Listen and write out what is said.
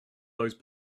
those